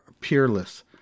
peerless